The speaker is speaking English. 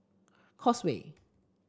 Causeway